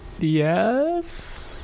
Yes